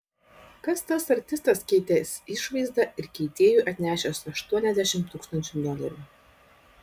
kas tas artistas keitęs išvaizdą ir keitėjui atnešęs aštuoniasdešimt tūkstančių dolerių